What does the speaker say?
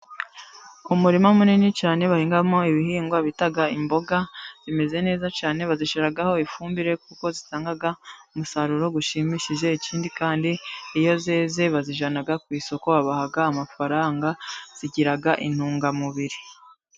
Umurima munini cyane bahingamo ibihingwa bita imboga zimeze neza cyane . Bazishyiraho ifumbire kuko zitanga umusaruro ushimishije. Ikindi kandi iyo zeze bazijyana ku isoko bakabaha amafaranga. Zigira intungamubiri.